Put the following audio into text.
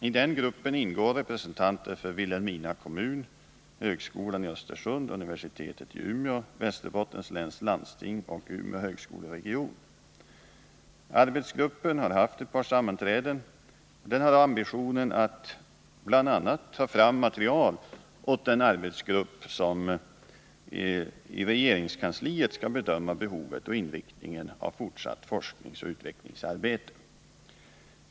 I denna ingår representanter för Vilhelmina kommun, högskolan i Östersund, universitetet i Umeå, Västerbottens läns landsting och Umeå högskoleregion. Arbetsgruppen, som haft två sammanträden, har ambitionen att bl.a. ta fram material åt den arbetsgrupp som i 53 regeringskansliet skall bedöma behovet och inriktningen av fortsatt forskningsoch utvecklingsarbete.